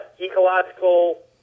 ecological